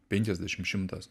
penkiasdešim šimtas